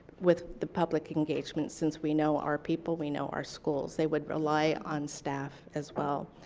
with the public engagement, since we know our people, we know our schools. they would rely on staff as well.